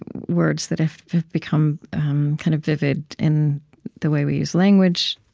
words that have become kind of vivid in the way we use language